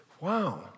wow